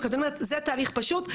זה תהליך פשוט.